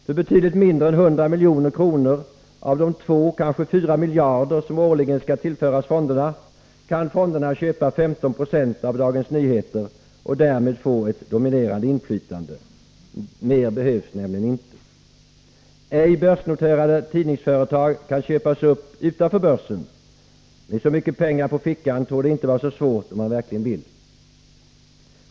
För betydligt mindre än 100 milj.kr. av de två, kanske fyra miljarder som årligen skall tillföras fonderna kan fonderna köpa 15 26 av Dagens Nyheter och därmed få ett dominerande inflytande — mer behövs nämligen inte. Ej börsnoterade tidningsföretag kan köpas upp utanför börsen. Med så mycket pengar på fickan torde det inte vara så svårt, om man verkligen vill.